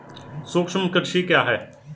सूक्ष्म कृषि क्या है?